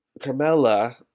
Carmella